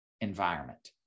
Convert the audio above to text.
environment